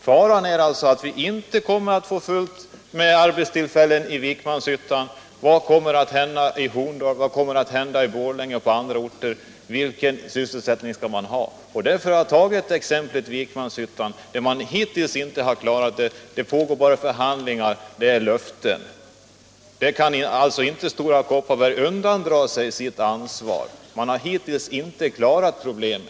Faran är alltså att det inte blir tillräckligt med arbetstillfällen i Vikmanshyttan. Vad kommer att hända i Horndal, Borlänge och i andra orter? Vilken sysselsättning skall man ha där? Därför har jag som ett exempel tagit Vikmanshyttan, där man hittills inte har klarat problemen. Det pågår bara förhandlingar och ges löften. Stora Kopparberg kan inte undandra sig sitt ansvar. Hittills har man inte klarat problemen.